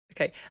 okay